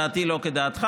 דעתי לא כדעתך,